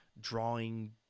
drawing